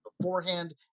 Beforehand